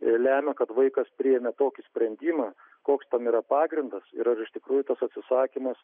lemia kad vaikas priėmė tokį sprendimą koks tam yra pagrindas ir ar iš tikrųjų tas atsisakymas